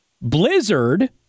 Blizzard